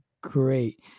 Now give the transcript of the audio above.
great